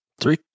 three